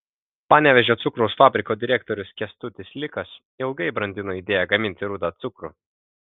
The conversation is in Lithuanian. panevėžio cukraus fabriko direktorius kęstutis likas ilgai brandino idėją gaminti rudą cukrų